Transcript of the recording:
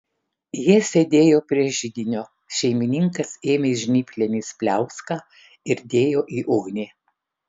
jie sėdėjo prie židinio šeimininkas ėmė žnyplėmis pliauską ir dėjo į ugnį